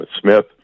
Smith